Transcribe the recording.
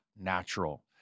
natural